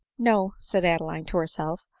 no, said adeline to herself,